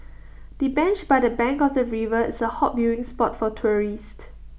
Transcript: the bench by the bank of the river is A hot viewing spot for tourists